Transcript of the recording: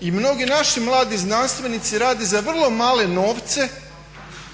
I mnogi naši mladi znanstvenici rade za vrlo male novce